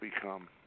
become